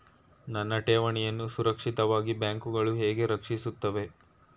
ನನ್ನ ಠೇವಣಿಯನ್ನು ಸುರಕ್ಷಿತವಾಗಿ ಬ್ಯಾಂಕುಗಳು ಹೇಗೆ ರಕ್ಷಿಸುತ್ತವೆ?